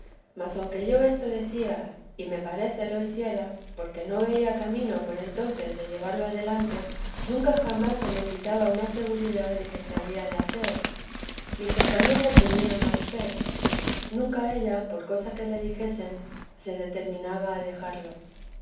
mas aunque yo esto decía y me parece lo hiciera nunca jamás se me quitaba una seguridad de que se había de hacer mi compañera tenía más fe nunca ella por cosa que la dijesen se determinaba a dejarlo